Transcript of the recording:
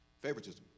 Favoritism